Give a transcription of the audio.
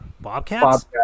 bobcats